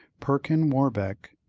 perkin warbeck,